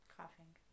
coughing